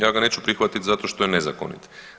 Ja ga neću prihvatiti zato što je nezakonit.